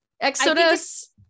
exodus